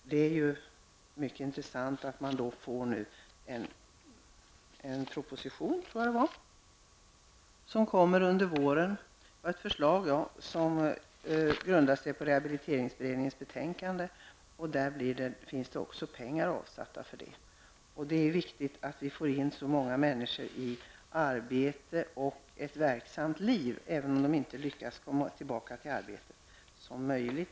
Det är mycket intressant att en proposition nu kommer under våren med ett förslag som grundar sig på rehabiliteringsutredningens betänkande, och det kommer också att avsättas medel för detta ändamål. Det är viktigt att vi så snart som möjligt får många människor tillbaka i arbete eller till ett verksamt liv, även om de inte lyckas komma tillbaka till arbetet.